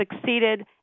succeeded